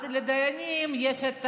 אז לדיינים יש,